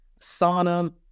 sauna